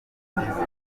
nziza